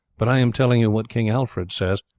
but i am telling you what king alfred says,